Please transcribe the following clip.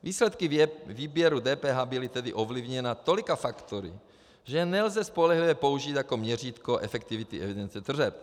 Výsledky výběru DPH byly tedy ovlivněny tolika faktory, že je nelze spolehlivě použít jako měřítko efektivity evidence tržeb.